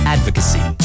Advocacy